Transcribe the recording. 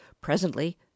Presently